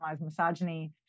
misogyny